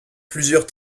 plusieurs